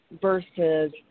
versus